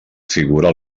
figura